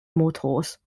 motors